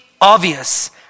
obvious